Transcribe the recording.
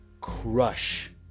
crush